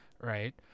Right